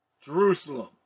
Jerusalem